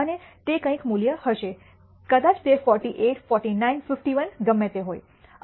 અને તે કંઈક મૂલ્ય હશે કદાચ તે 48 49 51 ગમે તે હોય